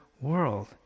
world